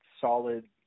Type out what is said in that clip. solid